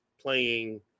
playing